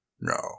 No